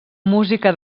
música